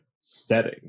setting